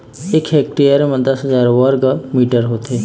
एक हेक्टेयर म दस हजार वर्ग मीटर होथे